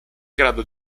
grado